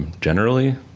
generally,